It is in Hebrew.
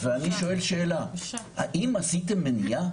ואני שואל שאלה, האם עשיתם מניעה?